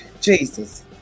Jesus